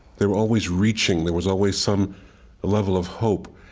they were always reaching. there was always some level of hope,